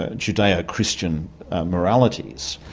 ah judeo-christian moralities,